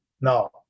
No